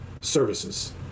Services